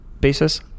basis